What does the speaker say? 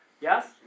Yes